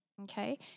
Okay